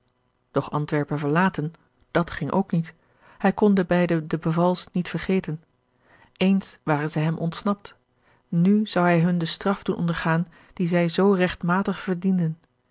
doch antwerpen verlaten dat ging ook niet hij kon de beide de bevals niet vergeten eens waren zij hem ontsnapt nu zou hij hun de straf doen ondergaan die zij zoo regtmatig verdienden